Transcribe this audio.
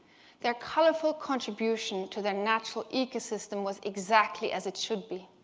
their colorful contribution to the natural ecosystem was exactly as it should be.